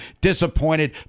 disappointed